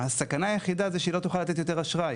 הסכנה היחידה היא שהיא לא תוכל לתת יותר אשראי,